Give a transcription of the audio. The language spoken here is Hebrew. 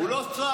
הוא לא שם.